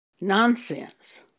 Nonsense